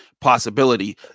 possibility